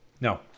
No